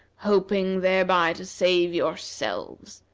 hoping thereby to save yourselves.